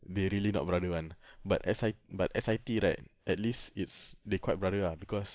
they really not brother [one] but S_I~ but S_I_T right at least it's they quite brother lah because